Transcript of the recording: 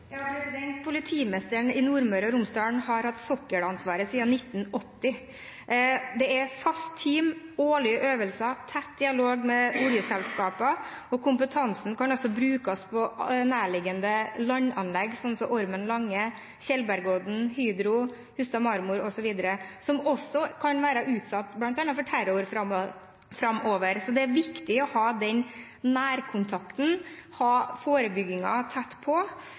Nordmøre og Romsdal har hatt sokkelansvaret siden 1980. Det er et fast team, årlige øvelser og tett dialog med oljeselskapene, og kompetansen kan også brukes på nærliggende landanlegg, som Ormen Lange, Tjeldbergodden, Hydro, Hustadmarmor osv. Disse kan også bli utsatt for terror framover, så det er viktig å ha nærkontakt og forebygging tett på. Jeg kan ikke forstå hvordan statsråden – med tanke på